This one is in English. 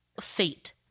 fate